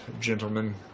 gentlemen